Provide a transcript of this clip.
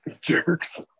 Jerks